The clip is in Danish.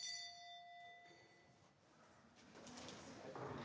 Tak